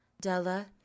Della